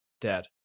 Dead